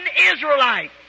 Israelite